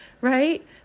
right